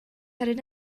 headed